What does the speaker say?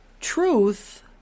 Truth